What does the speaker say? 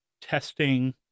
testing